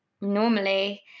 normally